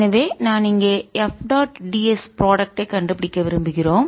எனவே நான் இங்கே எஃப் டாட் ds ப்ராடக்ட் ஐ பெருக்கல் கண்டுபிடிக்க விரும்புகிறோம்